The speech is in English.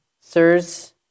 Sirs